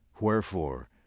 Wherefore